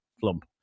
flump